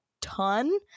ton